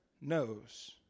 knows